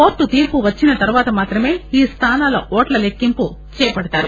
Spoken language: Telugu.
కోర్టు తీర్పు వచ్చిన తరువాత మాత్రమే ఈ స్థానాల ఓట్ల లెక్కింపు చేపడతారు